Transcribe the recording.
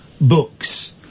books